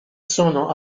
sono